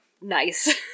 nice